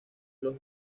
los